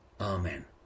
amen